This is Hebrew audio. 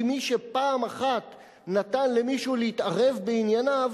כי מי שפעם אחת נתן למישהו להתערב בענייניו,